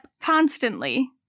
constantly